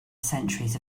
centuries